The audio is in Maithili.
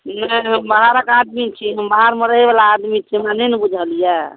नहि हम बाहरक आदमी छी हम बाहर रहै बला आदमी छी हमरा नहि ने बुझलैया